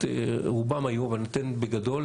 רובם היו אבל ניתן בגדול.